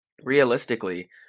Realistically